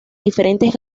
diferentes